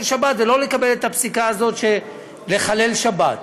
השבת ולא לקבל את הפסיקה הזאת של לחלל שבת.